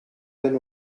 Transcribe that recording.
benn